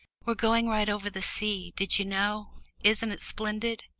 we're going right over the sea did you know isn't it splendid?